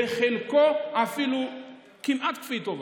בחלקו אפילו כמעט כפוי טובה.